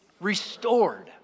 Restored